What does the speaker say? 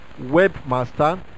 webmaster